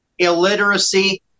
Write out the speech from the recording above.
illiteracy